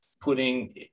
putting